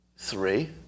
Three